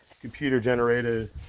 computer-generated